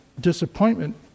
disappointment